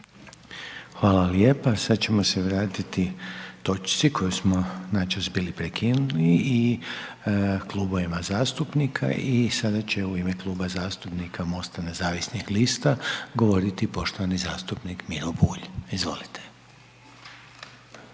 Željko (HDZ)** Sad ćemo se vratiti točci koju smo načas bili prekinuli i klubovima zastupnika i sada će u ime Kluba zastupnika MOST-a nezavisnih lista govoriti poštovani zastupnik Miro Bulj, izvolite.